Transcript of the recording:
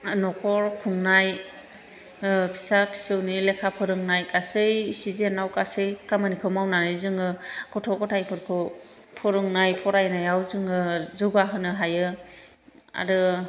न'खर खुंनाय फिसा फिसौनि लेखा फोरोंनाय गासै सिजोनाव गासै खामानिखौ मावनानै जोङो गथ' गथायफोरखौ फोरोंनाय फरायनायाव जोङो जौगाहोनो हायो आरो